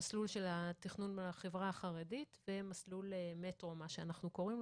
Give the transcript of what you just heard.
מסלול של התכנון לחברה החרדית ומסלול מטרו מה שאנחנו קוראים,